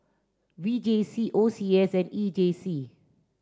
V J C O C S and E J C